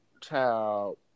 child